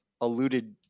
alluded